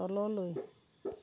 তললৈ